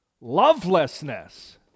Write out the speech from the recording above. lovelessness